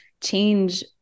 change